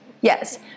Yes